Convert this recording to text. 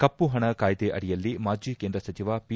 ಕಪ್ಪುಹಣ ಕಾಯ್ದೆ ಅಡಿಯಲ್ಲಿ ಮಾಜಿ ಕೇಂದ್ರ ಸಚಿವ ಪಿ